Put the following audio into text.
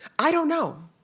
i don't know.